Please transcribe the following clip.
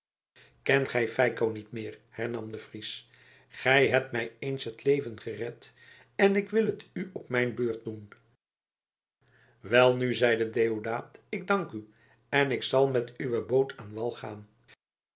kent gij feiko niet meer hernam de fries gij hebt mij eens het leven gered en ik wil het u op mijn beurt doen welnu zeide deodaat ik dank u en ik zal met uwe boot aan wal gaan